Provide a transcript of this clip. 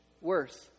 worse